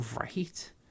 Right